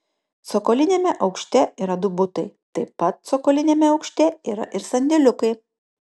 cokoliniame aukšte yra du butai taip pat cokoliniame aukšte yra ir sandėliukai